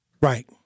Right